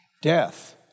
Death